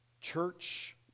church